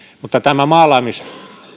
edelleen tämä maalaaminen